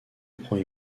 prend